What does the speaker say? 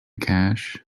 cash